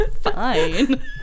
Fine